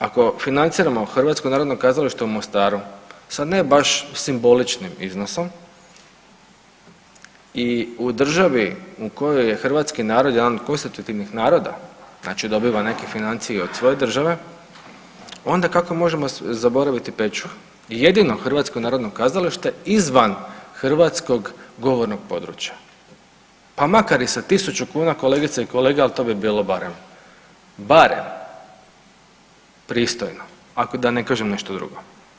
Ako financiramo HNK u Mostaru, sad ne baš simboličnim iznosom i u državi u kojoj je hrvatski narod jedan od konstitutivnih naroda znači dobiva neke financije i od svoje države onda kako možemo zaboraviti Pečuh i jedino HNK izvan hrvatskog govornog područja, pa makar i sa 1000 kuna kolegice i kolege, al to bi bilo barem, barem pristojno, da ne kažem nešto drugo.